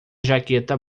jaqueta